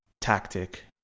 tactic